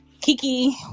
Kiki